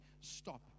stop